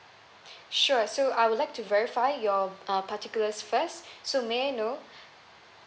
sure so I would like to verify your uh particulars first so may I know